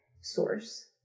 source